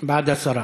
הוא בעד הסרה.